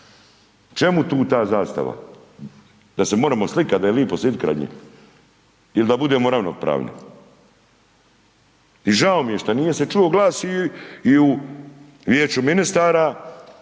čemu tu ta zastava, da se možemo slikat, da je lijepo sjedit kraj nje ili da bude ravnopravni? I žao mi je šta nije se čuo glas i u Vijeću ministara